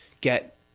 get